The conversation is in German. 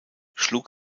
schlug